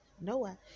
Noah